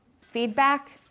feedback